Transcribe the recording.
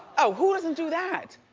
ah who doesn't do that?